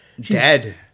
dead